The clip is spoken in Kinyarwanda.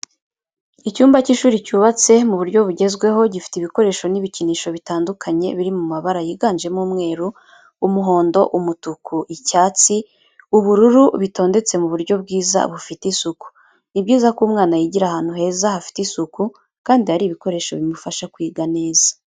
Icyumba cy'ishuri cyubatse mu buryo bugezweho gifite ibikoresho n'ibikinisho bitandukanye biri mu mabara yiganjemo umweru, umuhondo, umutuku, icyatsi, ubururu bitondetse mu buryo bwiza bufite isuku. Ni byiza ko umwana yigira ahantu heza hafite isuku kandi hari ibikoresho bimufasha kwiga neza.